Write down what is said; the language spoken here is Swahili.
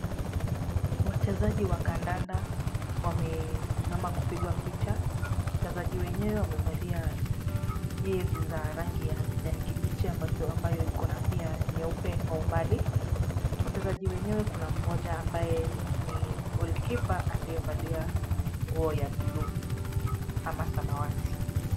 Wachezaji wa kandanda wamesimama kupigwa picha. Wachezaji wenyewe wamevalia jezi za rangi ya kijani kibichi ambayo iko na pia nyeupe kwa umbali. Wachezaji wenyewe kuna mmoja ambaye ni goalkeeper aliyevalia nguo ya buluu ama samawati.